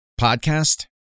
podcast